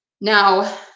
Now